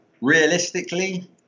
Realistically